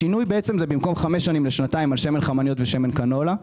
השינוי הוא שנתיים במקום חמש שנים על שמן חמניות ושמן קנולה.